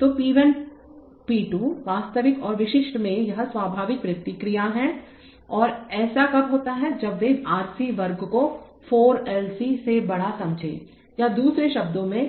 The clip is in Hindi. तो पी 1 2 वास्तविक और विशिष्ट में यह स्वाभाविक प्रतिक्रिया है और ऐसा कब होता है जब वे RC वर्ग को 4 L C से बड़ा समझेंगे या दूसरे शब्दों में